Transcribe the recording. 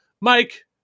Mike